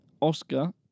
Oscar